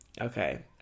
Okay